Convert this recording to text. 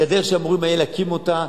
הגדר שאמורים היו להקים אותה,